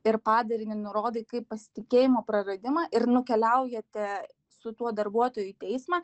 ir padarinį nurodai kaip pasitikėjimo praradimą ir nukeliaujate su tuo darbuotoju į teismą